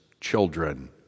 children